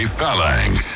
Phalanx